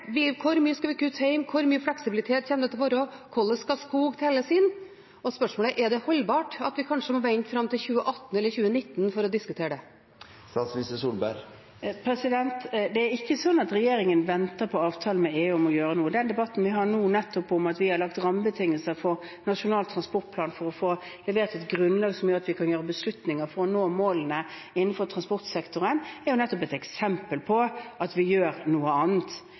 Vi vet ikke hvor mye vi skal kutte hjemme, hvor mye fleksibilitet det kommer til å være, hvordan skog skal telles inn. Spørsmålet er: Er det holdbart at vi kanskje må vente fram til 2018 eller 2019 for å diskutere det? Det er ikke sånn at regjeringen venter på en avtale med EU om å gjøre noe. Den debatten vi har nå, om at vi har lagt rammebetingelser for Nasjonal transportplan for få levert et grunnlag som gjør at vi kan ta beslutninger for å nå målene innenfor transportsektoren, er jo nettopp et eksempel på at vi gjør noe annet.